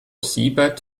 siebert